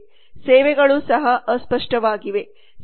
ಸೇವೆಗಳು ಸಹ ಅಸ್ಪಷ್ಟವಾಗಿವೆ